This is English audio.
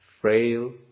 frail